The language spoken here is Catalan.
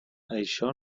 això